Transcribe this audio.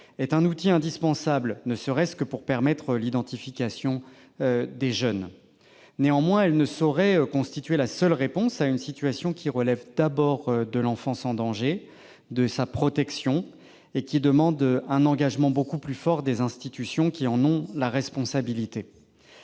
est un outil indispensable, ne serait-ce que pour permettre l'identification des jeunes. Néanmoins, elle ne saurait constituer la seule réponse à une situation qui relève d'abord de l'enfance en danger et de la protection de l'enfance et qui demande un engagement beaucoup plus fort des institutions qui en ont la responsabilité.